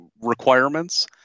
requirements